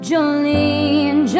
Jolene